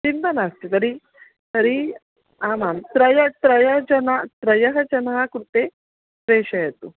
चिन्ता नास्ति तर्हि तर्हि आमां त्रयः त्रयः जना त्रयः जनानां कृते प्रेषयतु